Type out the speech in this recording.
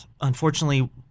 unfortunately